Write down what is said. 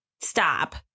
Stop